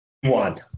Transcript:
one